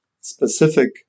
specific